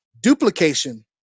duplication